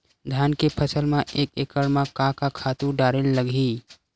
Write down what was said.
धान के फसल म एक एकड़ म का का खातु डारेल लगही?